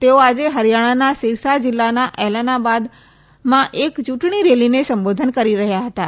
તેઓ આજે હરિયાણાના સિરસા જિલ્લાના એલનાબાદમાં એક ચૂંટણી રેલીને સંબોધન કરી રહ્યા હતાં